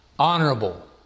Honorable